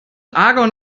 argon